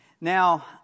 Now